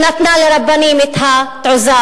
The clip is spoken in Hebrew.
שנתנה לרבנים את התעוזה.